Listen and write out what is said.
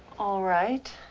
all right.